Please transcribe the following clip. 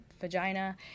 vagina